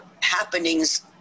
happenings